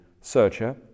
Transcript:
searcher